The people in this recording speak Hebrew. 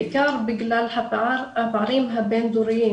בעיקר בשל הפערים הבין דוריים,